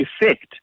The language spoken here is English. effect